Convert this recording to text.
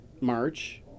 March